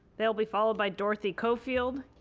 they will be followed by dorothy co-field,